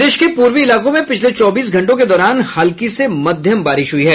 प्रदेश के पूर्वी इलाकों में पिछले चौबीस घंटों के दौरान हल्की से मध्यम बारिश हुई है